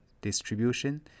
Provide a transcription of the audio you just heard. distribution